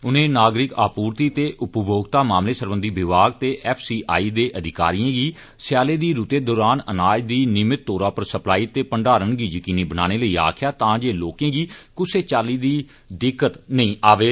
उनें नागरिक आपूर्ति ते उपभोक्ता मामलें सरबंधी विभाग ते एफ सी आई दे अधिकारिएं गी सझालै दी रूतै दौरान अनाज दी नियमित तौरा पर सप्लाई ते भण्डारन गी यकीनी बनाने लेई आक्खेया तां जे लोकें गी कुसै चाल्ली दी दिक्कते नेई होवै